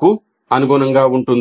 కు అనుగుణంగా ఉంటుంది